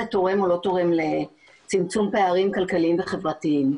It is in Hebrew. תורם או לא תורם לצמצום פערים כלכליים וחברתיים.